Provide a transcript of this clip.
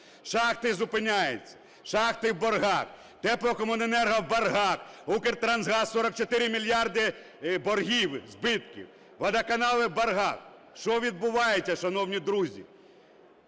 Шахти зупиняють, шахти в боргах, теплокомуненерго в боргах, Укртрансгаз – 44 мільярди боргів, збитків, водоканали в боргах. Що відбувається, шановні друзі?